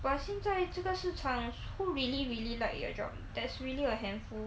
but 现在这个市场 who really really like their job that's really a handful